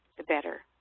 the better.